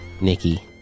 Nikki